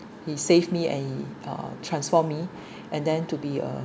he saved me and uh transformed me and then to be a